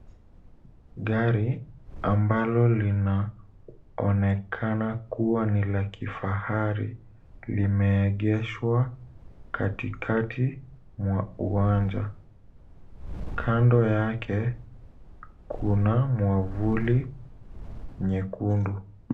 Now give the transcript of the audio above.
Gari ambalo linaonekana kuwa ni la kifahari limeegeshwa katikati mwa uwanja. Kando yake, kuna mwavuli nyekundu.